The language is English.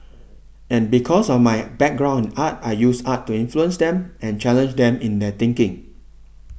and because of my background in art I use art to influence them and challenge them in their thinking